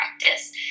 practice